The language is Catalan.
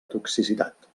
toxicitat